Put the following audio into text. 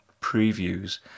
previews